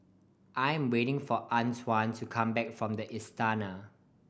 I'm waiting for Antwain to come back from The Istana